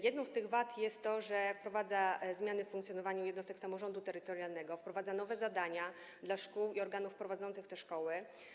Jedną z wad jest to, że wprowadza zmiany w funkcjonowaniu jednostek samorządu terytorialnego, wprowadza nowe zadania dla szkół i organów prowadzących te szkoły.